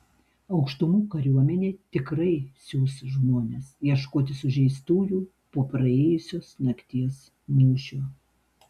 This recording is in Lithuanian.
aukštumų kariuomenė tikrai siųs žmones ieškoti sužeistųjų po praėjusios nakties mūšio